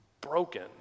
broken